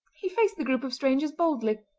he faced the group of strangers boldly.